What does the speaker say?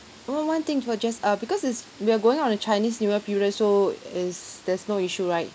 one one thing before jess uh because it's we're going on a chinese new year period so is there's no issue right